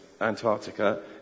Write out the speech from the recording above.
Antarctica